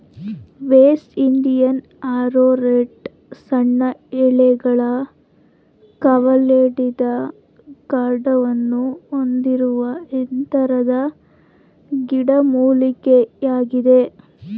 West Indian arrowroot ಸಣ್ಣ ಎಲೆಗಳು ಕವಲೊಡೆದ ಕಾಂಡವನ್ನು ಹೊಂದಿರುವ ಎತ್ತರದ ಗಿಡಮೂಲಿಕೆಯಾಗಿದೆ